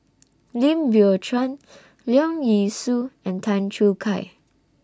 Lim Biow Chuan Leong Yee Soo and Tan Choo Kai